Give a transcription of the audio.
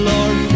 Lord